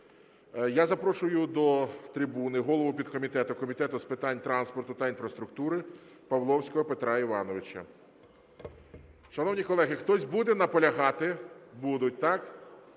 Я запрошую до трибуни голову підкомітету Комітету з питань транспорту та інфраструктури Павловського Петра Івановича. Шановні колеги, хтось буде наполягати? Будуть, так?